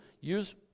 Use